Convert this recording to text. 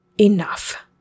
enough